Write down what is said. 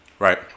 Right